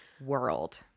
world